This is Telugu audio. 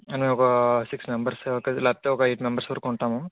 అంటే ఒక సిక్స్ మెంబెర్స్ లేకపోతే ఒక ఎయిట్ మెంబెర్స్ వరకు ఉంటాము